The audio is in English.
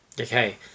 Okay